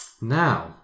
now